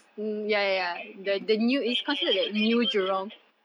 okay okay sorry sorry I don't really go to the west